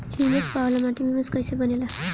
Humus का होला माटी मे ह्यूमस कइसे बनेला?